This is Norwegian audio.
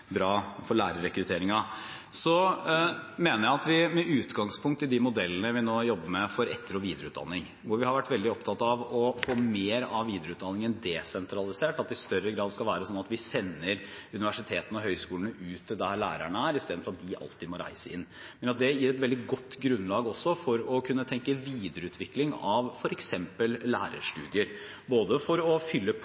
bra for lærerrekrutteringen. Så mener jeg, med utgangspunkt i modellene vi nå jobber med for etter- og videreutdanning, hvor vi har vært veldig opptatt av å få mer av videreutdanningen desentralisert, at det i større grad skal være sånn at vi sender universitetene og høyskolene ut dit lærerne er, i stedet for at de alltid må reise inn. Jeg mener at det også gir et veldig godt grunnlag for å kunne tenke videreutvikling av